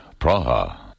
Praha